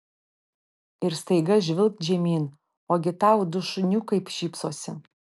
ir staiga žvilgt žemyn ogi tau du šuniukai šypsosi